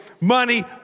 Money